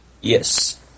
Yes